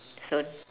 so